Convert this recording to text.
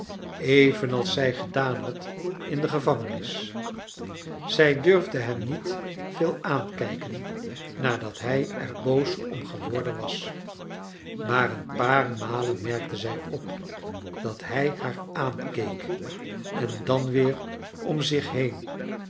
evenals zij gedaan had in de gevangenis zij durfde hem niet veel aankijken nadat hij er boos om geworden was maar i een paar malen merkte zij op dat hij haar aankeek en dan weer om zich heen